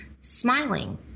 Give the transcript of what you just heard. smiling